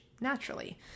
naturally